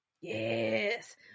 yes